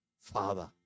Father